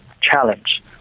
challenge